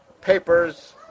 papers